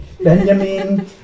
Benjamin